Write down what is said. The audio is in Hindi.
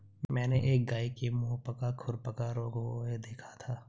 मैंने एक गाय के मुहपका खुरपका रोग हुए देखा था